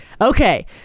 okay